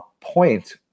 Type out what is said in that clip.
Point